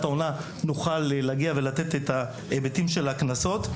העונה נוכל לתת את ההיבטים של הקנסות.